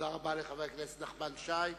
תודה רבה לחבר הכנסת נחמן שי.